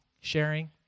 sharing